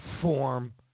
Form